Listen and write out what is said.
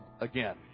again